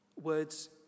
Words